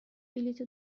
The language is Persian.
بلیط